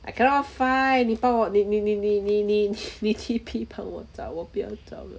I cannot find 你帮我你你你你你你 T_P 帮我找我不要找了